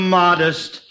modest